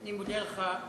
אני מודה לך,